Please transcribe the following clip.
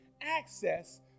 access